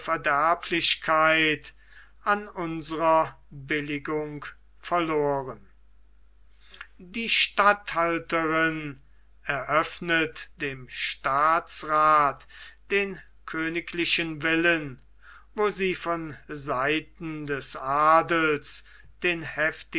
verderblichkeit an unsrer billigung verloren die statthalterin eröffnet dem staatsrath den königlichen willen wo sie von seiten des adels den